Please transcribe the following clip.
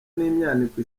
n’imyaniko